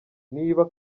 niba